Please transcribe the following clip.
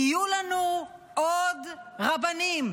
יהיו לנו עוד רבנים.